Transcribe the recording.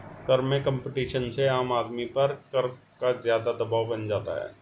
कर में कम्पटीशन से आम आदमी पर कर का ज़्यादा दवाब बन जाता है